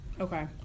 okay